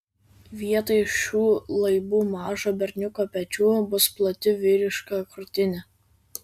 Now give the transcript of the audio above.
vietoj šių laibų mažo berniuko pečių bus plati vyriška krūtinė